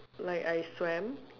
like I swam